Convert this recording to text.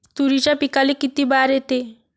तुरीच्या पिकाले किती बार येते?